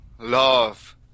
love